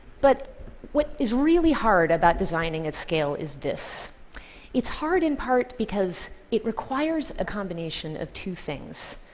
but what is really hard about designing at scale is this it's hard in part because it requires a combination of two things,